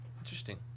Interesting